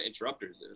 Interrupters